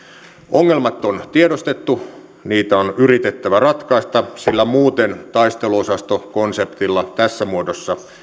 ongelmat on tiedostettu niitä on yritettävä ratkaista sillä muuten taisteluosastokonseptilla tässä muodossa